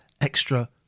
extra